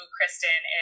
Kristen